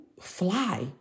fly